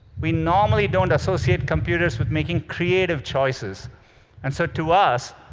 we normally don't associate computers with making creative choices and so to us,